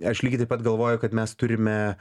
aš lygiai taip pat galvoju kad mes turime